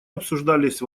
обсуждались